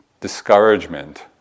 discouragement